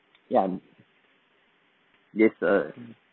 ya I'm there's a mm